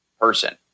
person